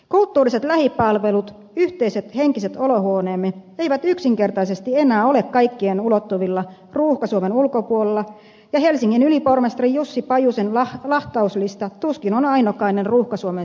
kulttuuriset lähipalvelut yhteiset henkiset olohuoneemme eivät yksinkertaisesti enää ole kaikkien ulottuvilla ruuhka suomen ulkopuolella ja helsingin ylipormestari jussi pajusen lahtauslista tuskin on ainokainen ruuhka suomen sisälläkään